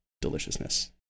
deliciousness